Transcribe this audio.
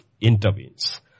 intervenes